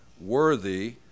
worthy